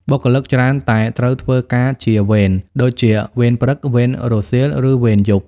បុគ្គលិកច្រើនតែត្រូវធ្វើការជាវេន ដូចជាវេនព្រឹក វេនរសៀល ឬវេនយប់។